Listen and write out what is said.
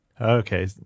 Okay